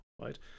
right